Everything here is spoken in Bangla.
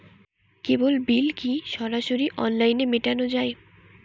কেবল বিল কি সরাসরি অনলাইনে মেটানো য়ায়?